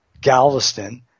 Galveston